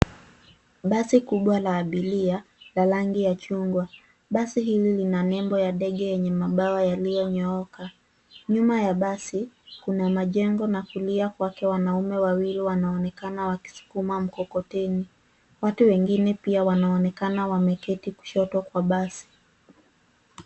Basi kubwa la abiria la rangi ya chungwa. Basi hili lina nembo ya ndege yenye mabawa yaliyonyooka. Nyuma ya basi, kuna majengo na kulia kwake wanaume wawili wanaonekana wakisukuma mkokoteni. Watu wengine pia wanaonekana wameketi kushoto kwa basi.